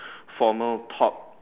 formal top